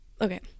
Okay